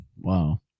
Wow